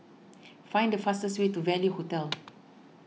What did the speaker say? find the fastest way to Value Hotel